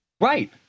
right